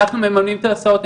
אנחנו מממנים את ההסעות.